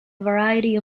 variety